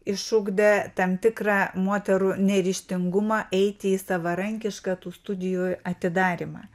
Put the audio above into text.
išugdė tam tikrą moterų neryžtingumą eiti į savarankišką tų studijų atidarymą